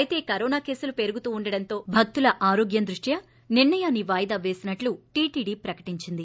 అయితే కరోనా కేసులు పెరుగుతూ ఉండడంతో భక్తుల ఆరోగ్యం దృష్ట్యా నిర్ణయాన్ని వాయిదా పేసినట్టు టీటీడీ ప్రకటించింది